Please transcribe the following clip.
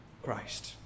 christ